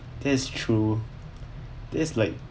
that's true that's like